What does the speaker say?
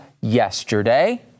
yesterday